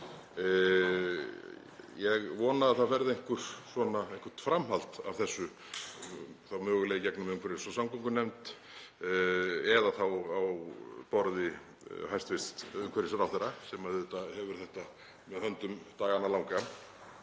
Ég vona að það verði eitthvert framhald af þessu, þá mögulega í gegnum umhverfis- og samgöngunefnd eða þá á borði hæstv. umhverfisráðherra sem hefur þetta með höndum dagana langa.